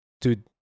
dude